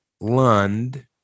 Lund